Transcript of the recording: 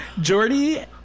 Jordy